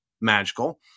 magical